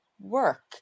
work